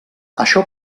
això